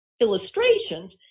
illustrations